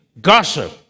Gossip